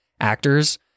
actors